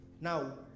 Now